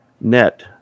net